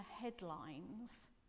headlines